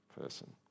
person